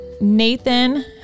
Nathan